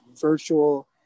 virtual